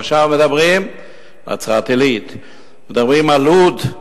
עכשיו מדברים על נצרת-עילית, מדברים על לוד.